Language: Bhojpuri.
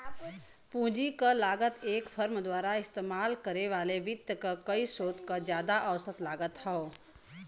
पूंजी क लागत एक फर्म द्वारा इस्तेमाल करे वाले वित्त क कई स्रोत क जादा औसत लागत हौ